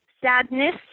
sadness